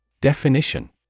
Definition